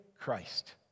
Christ